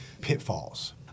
pitfalls